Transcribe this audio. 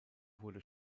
wurde